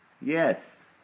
Yes